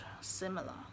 similar